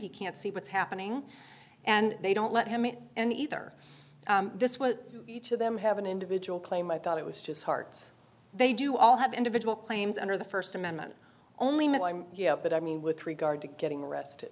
he can't see what's happening and they don't let him in either this what each of them have an individual claim i thought it was just hearts they do all have individual claims under the first amendment only but i mean with regard to getting